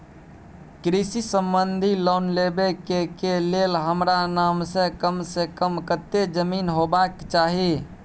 कृषि संबंधी लोन लेबै के के लेल हमरा नाम से कम से कम कत्ते जमीन होबाक चाही?